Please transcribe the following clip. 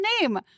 name